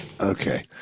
Okay